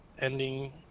ending